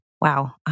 Wow